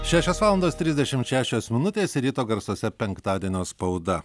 šešios valandos trisdešimt šešios minutės ir ryto garsuose penktadienio spauda